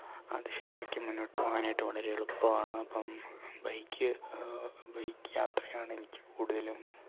അത് ശരിയാക്കി മുന്നോട്ട് പോവാനായിട്ട് വളരെ എളുപ്പമാണ് അപ്പം ബൈക്ക് ബൈക്ക് യാത്രയാണ് എനിക്ക് കൂടുതലും